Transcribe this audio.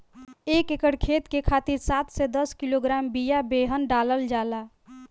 एक एकर खेत के खातिर सात से दस किलोग्राम बिया बेहन डालल जाला?